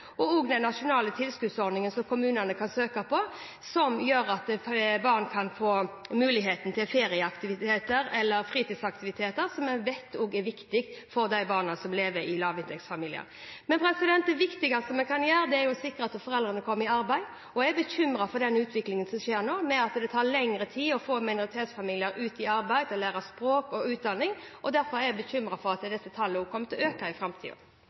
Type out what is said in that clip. og også den nasjonale tilskuddsordningen som kommunene kan søke på, som gjør at barn kan få muligheten til ferie og fritidsaktiviteter, noe vi vet også er viktig for barna som lever i lavinntektsfamilier. Det viktigste vi kan gjøre, er å sikre at foreldrene kommer i arbeid, og jeg er bekymret for utviklingen som skjer nå, der det tar lengre tid å få minoritetsfamilier ut i arbeid eller utdanning og til å lære språk. Derfor er jeg bekymret for at disse tallene kommer til å øke i